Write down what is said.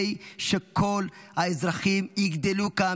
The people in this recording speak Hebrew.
הוא חשוב כדי שכל האזרחים יגדלו כאן